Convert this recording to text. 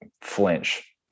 flinch